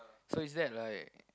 so is that like